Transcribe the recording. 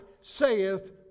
saith